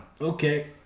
Okay